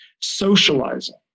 socializing